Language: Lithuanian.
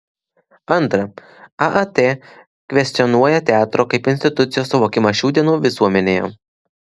antra aat kvestionuoja teatro kaip institucijos suvokimą šių dienų visuomenėje